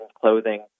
clothing